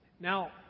Now